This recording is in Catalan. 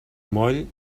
moll